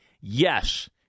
yes